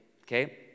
Okay